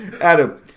Adam